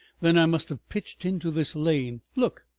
then i must have pitched into this lane. look!